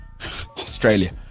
Australia